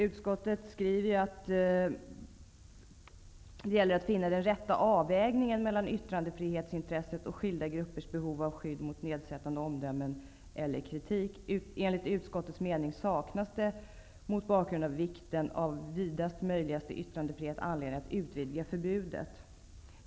Utskottet skriver ju att det gäller ''att finna den rätta avvägningen mellan yttrandefrihetsintresset och skilda gruppers behov av skydd mot nedsättande omdömen eller kritik. Enligt utskottets mening saknas det mot bakgrund av vikten av vidast möjliga yttrandefrihet anledning att utvidga förbudet --.''